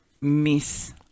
miss